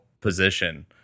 position